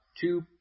two